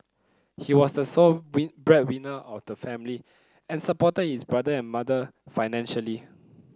he was the sole breadwinner of the family and supported his brother and mother financially